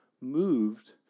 moved